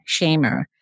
shamer